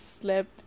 slept